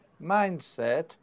mindset